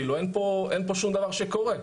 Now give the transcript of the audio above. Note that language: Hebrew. אין פה שום דבר שקורה.